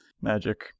magic